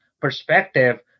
perspective